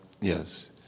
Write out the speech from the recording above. Yes